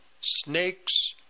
snakes